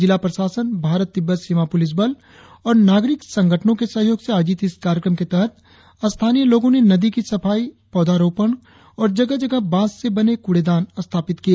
जिला प्रशासन भारत तिब्बत सीमा पुलिस बल और नागरिक संगठनो के सहयोग से आयोजित इस कार्यक्रम के तहत स्थानीय लोगो ने नदी की सफाई पौधारोपण और जगह जगह बांस से बने हुए कुड़ेदान स्थापित किए